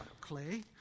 clay